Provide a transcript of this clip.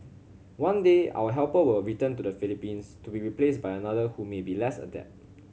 one day our helper will return to the Philippines to be replaced by another who may be less adept